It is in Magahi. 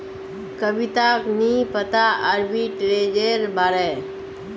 कविताक नी पता आर्बिट्रेजेर बारे